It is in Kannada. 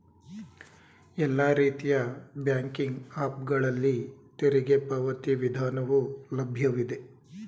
ಎಲ್ಲಾ ರೀತಿಯ ಬ್ಯಾಂಕಿಂಗ್ ಆಪ್ ಗಳಲ್ಲಿ ತೆರಿಗೆ ಪಾವತಿ ವಿಧಾನವು ಲಭ್ಯವಿದೆ